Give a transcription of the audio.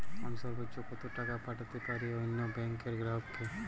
আমি সর্বোচ্চ কতো টাকা পাঠাতে পারি অন্য ব্যাংক র গ্রাহক কে?